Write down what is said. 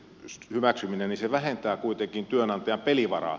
jos niin se vähentää kuitenkin työnantajan pelivaraa